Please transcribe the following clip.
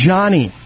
Johnny